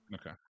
Okay